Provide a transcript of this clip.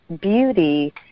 beauty